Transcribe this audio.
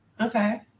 Okay